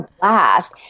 blast